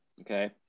okay